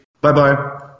Bye-bye